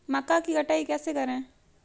मक्का की कटाई कैसे करें?